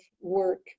work